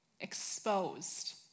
exposed